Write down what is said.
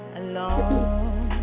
alone